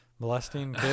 Molesting